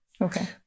Okay